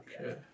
Okay